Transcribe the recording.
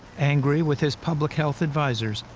angry with his public health advisers,